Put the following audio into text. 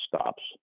stops